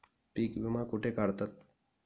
पीक विमा कुठे काढतात?